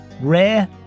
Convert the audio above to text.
Rare